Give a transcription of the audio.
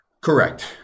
Correct